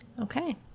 Okay